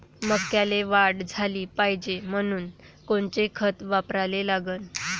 मक्याले वाढ झाली पाहिजे म्हनून कोनचे खतं वापराले लागन?